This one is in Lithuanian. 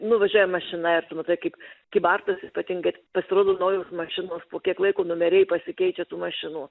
nu važiuoja mašina ir tu matai kaip kybartuose ypatingai pasirodo naujos mašinos po kiek laiko numeriai pasikeičia tų mašinų